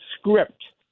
script